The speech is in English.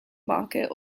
market